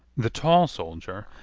the tall soldier,